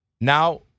Now